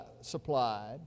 supplied